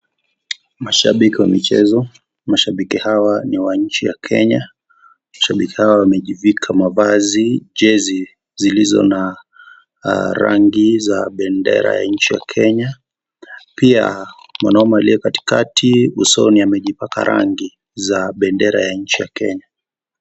Mashabiki wa michezo. Mashabiki hawa ni wa nchi ya Kenya. Mashabiki hawa wamemajibika mavazi chezi zilizona rangi za bendera ya nchi ya Kenya. Pia mwanaume aliye katikati usoni amejibaka rangi za bendera ya nchi ya Kenya.